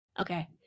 Okay